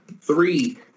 three